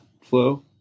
flow